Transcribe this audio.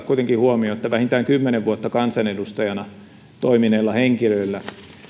kuitenkin huomioon että vähintään kymmenen vuotta kansanedustajina toimineilla henkilöillä